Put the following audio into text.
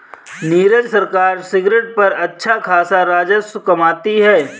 नीरज सरकार सिगरेट पर अच्छा खासा राजस्व कमाती है